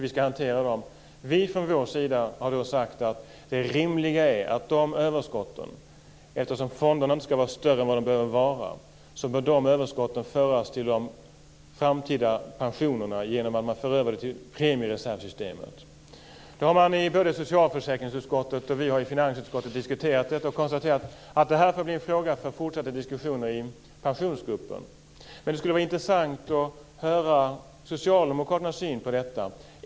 Vi har då från vår sida sagt att det rimliga är att de överskotten, eftersom fonderna inte ska vara större än vad de behöver vara, ska föras till de framtida pensionerna genom att överflyttas till premiereservssystemet. Både i socialförsäkringsutskottet och i finansutskottet har konstaterats att det här får bli en fråga för fortsatta diskussioner i Pensionsgruppen. Det skulle dock vara intressant att få del av socialdemokraternas syn på detta.